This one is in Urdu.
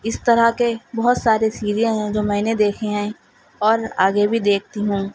اس طرح کے بہت سارے سیریل ہیں جو میں نے دیکھے ہیں اور آگے بھی دیکھتی ہوں